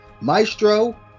Maestro